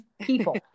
people